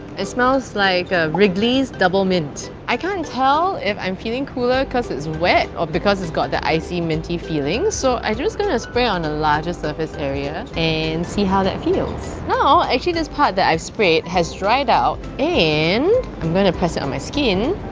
it smells like ah wrigley's double-mint. i can't tell if i'm feeling cooler because it's wet or because it's got the icy minty feeling so i just gonna spray on a larger surface area and see how that feels. now actually this part that i've sprayed has dried out, and i'm gonna press it on my skin.